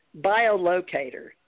biolocator